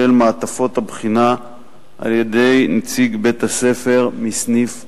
מעטפות הבחינה על-ידי נציג בית-הספר מסניף הדואר,